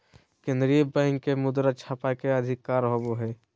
केन्द्रीय बैंक के मुद्रा छापय के अधिकार होवो हइ